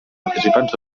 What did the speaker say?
participants